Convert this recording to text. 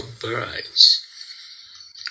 birds